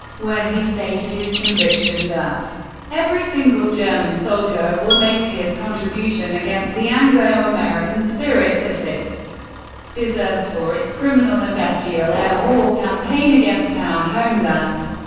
where he stated his conviction that every single german soldier will make his contribution against the anglo-american spirit that it deserves for its criminal and bestial air war campaign against our homeland.